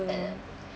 ugh